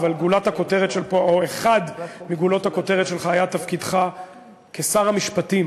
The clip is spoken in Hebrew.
אבל גולת הכותרת או אחת מגולות הכותרת שלך הייתה תפקידך כשר המשפטים